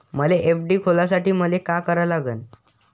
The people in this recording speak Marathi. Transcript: मले एफ.डी खोलासाठी मले का करा लागन?